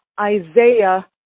Isaiah